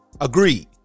agreed